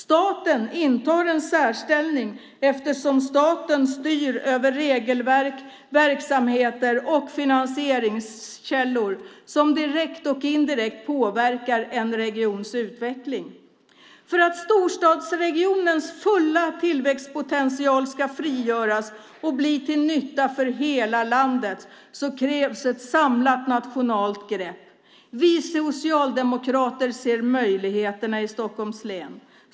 Staten intar en särställning eftersom staten styr över regelverk, verksamheter och finansieringskällor som direkt och indirekt påverkar en regions utveckling. För att storstadsregionens fulla tillväxtpotential ska frigöras och bli till nytta för hela landet krävs ett samlat nationellt grepp. Vi socialdemokrater ser möjligheterna i Stockholms län.